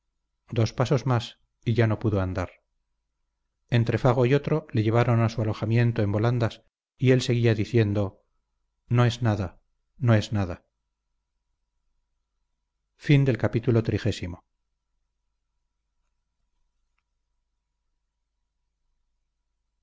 dos pasos más y ya no pudo andar entre fago y otro le llevaron a su alojamiento en volandas y él seguía diciendo no es nada no es nada